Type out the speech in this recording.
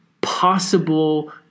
possible